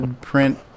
Print